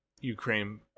ukraine